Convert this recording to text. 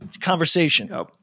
Conversation